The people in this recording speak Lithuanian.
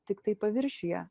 tiktai paviršiuje